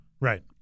Right